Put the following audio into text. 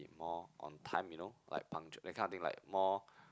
more on time you know like punctual that kind of thing like more